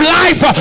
life